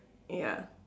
ya